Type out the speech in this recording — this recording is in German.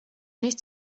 nicht